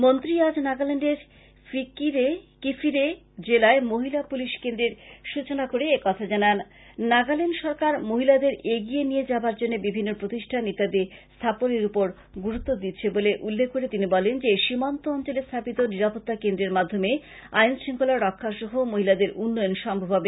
মন্ত্রী আজ নাগাল্যান্ডের কিফিরে জেলায় মহিলা পুলিশ কেন্দ্রের সূচনা করে একথা জানান নাগাল্যান্ড সরকার মহিলাদের এগিয়ে নিয়ে যাবার জন্য বিভিন্ন প্রতিষ্ঠান ইত্যাদি স্থানের ওপর গুরুত্ব দিচ্ছে বলে উল্লেখ করে তিই বলেন যে সীমান্ত অঞ্চলে স্থাপিত নিরাপত্তা কেন্দ্রের মাধ্যমে আইন শঙ্খলা রক্ষা সহ মহিলাদের উন্নয়ন সম্ভব হবে